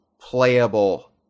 playable